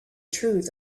truth